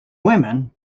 women